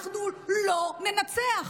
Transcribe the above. אנחנו לא ננצח.